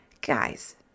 Guys